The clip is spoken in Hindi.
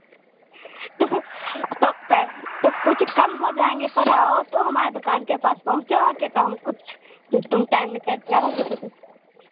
तो तो पैसे तो कुछ कम हो जायेंगे पर आओ तो हमारे दुकान के पास पहुँचो आके तो हम कुछ तुम टाइम निकाल के आओगी तो तो